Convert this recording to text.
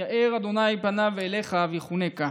יאר ה' פניו אליך ויחֻנך,